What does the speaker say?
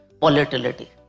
volatility